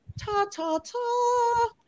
ta-ta-ta